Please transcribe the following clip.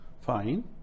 fine